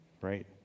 Right